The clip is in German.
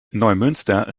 neumünster